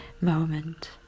moment